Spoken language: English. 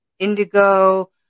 Indigo